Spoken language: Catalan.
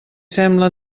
sembla